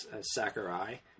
Sakurai